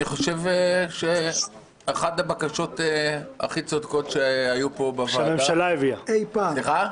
אני חושב שזו אחת הבקשות הכי צודקות שהיו פה בוועדה אי פעם.